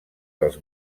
dels